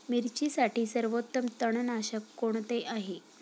मिरचीसाठी सर्वोत्तम तणनाशक कोणते आहे?